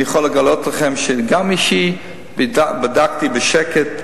אני יכול לגלות להם שגם אישית בדקתי בשקט,